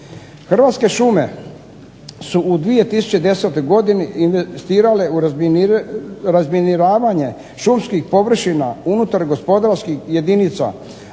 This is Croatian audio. Hrvatske šume su u 2010. godini investirale u razminiravanje šumskih površina unutar gospodarskih jedinica